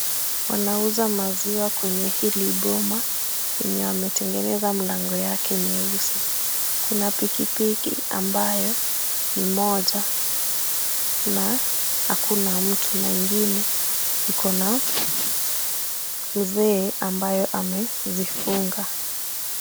Wanauza maziwa kwenye hili boma, yenye wametengeneza mlango yake nyeusi. Kuna pikipiki ambayo ni moja na hakuna mtu na ingine iko na mzee ambayo amezifunga.